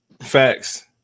Facts